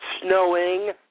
Snowing